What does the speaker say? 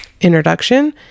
introduction